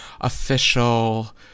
official